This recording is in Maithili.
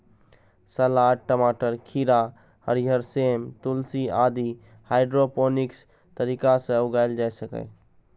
सलाद, टमाटर, खीरा, हरियर सेम, तुलसी आदि हाइड्रोपोनिक्स तरीका सं उगाएल जा सकैए